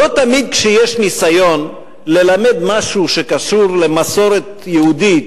לא תמיד כשיש ניסיון ללמד משהו שקשור למסורת יהודית